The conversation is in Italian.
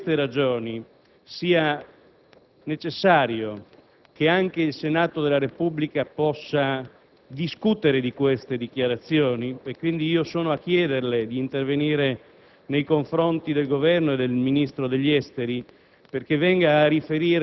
Credo che per queste ragioni sia necessario che anche il Senato della Repubblica possa discutere di queste dichiarazioni. Pertanto, sono a chiederle d'intervenire nei confronti del Governo e del Ministro degli affari